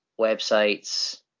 websites